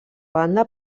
banda